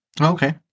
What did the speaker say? Okay